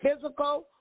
physical